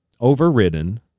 overridden